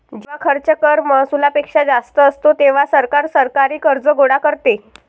जेव्हा खर्च कर महसुलापेक्षा जास्त असतो, तेव्हा सरकार सरकारी कर्ज गोळा करते